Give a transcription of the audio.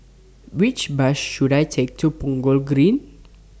Which Bus should I Take to Punggol Green